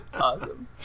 Awesome